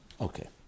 Okay